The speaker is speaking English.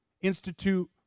institute